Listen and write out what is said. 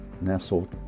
nestled